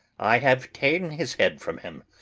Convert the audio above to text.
i have ta'en his head from him.